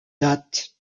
date